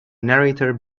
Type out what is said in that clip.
narrator